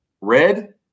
Red